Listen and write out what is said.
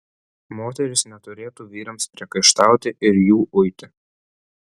moterys neturėtų vyrams priekaištauti ir jų uiti